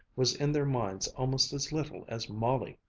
was in their minds almost as little as molly,